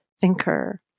thinker